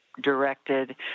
directed